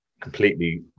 completely